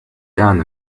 down